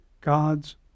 God's